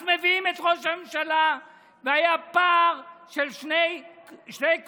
אז מביאים את ראש הממשלה, והיה פער של שני קולות